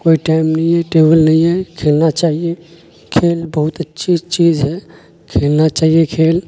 کوئی ٹائم نہیں ہے ٹیبل نہیں ہے کھیلنا چاہیے کھیل بہت اچھی چیز ہے کھیلنا چاہیے کھیل